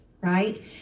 right